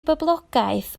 boblogaeth